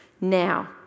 now